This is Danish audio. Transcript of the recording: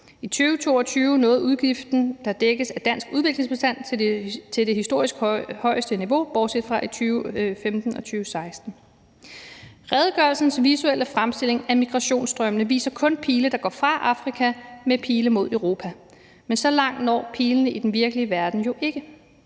I 2022 nåede udgiften, der dækkes af dansk udviklingsbistand, til det historisk højeste niveau bortset fra i 2015 og 2016. Redegørelsens visuelle fremstilling af migrationsstrømmene viser kun pile, der går fra Afrika med pile mod Europa, men så langt når pilene i den virkelige verden jo ikke.